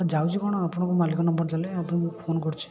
ଯାଉଛି କ'ଣ ଆପଣଙ୍କ ମାଲିକ ନମ୍ୱର୍ ଦେଲେ ଆପଣ ମୁଁ ଫୋନ୍ କରୁଛି